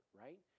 right